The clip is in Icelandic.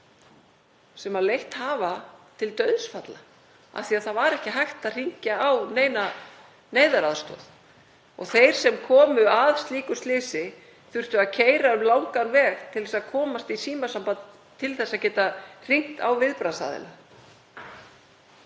sem leitt hafa til dauðsfalla af því að ekki var hægt að hringja á neyðaraðstoð. Þeir sem komu að slíku slysi þurftu að keyra um langan veg til að komast í símasamband til að geta hringt á viðbragðsaðila.